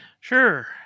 sure